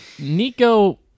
Nico